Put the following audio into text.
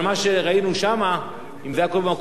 אם זה היה קורה במקום אחר זה לא היה זוכה לאותו יחס.